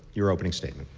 your opening statement.